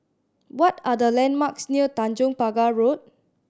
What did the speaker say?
what are the landmarks near Tanjong Pagar Road